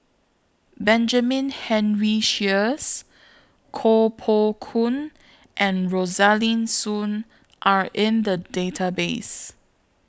Benjamin Henry Sheares Koh Poh Koon and Rosaline Soon Are in The Database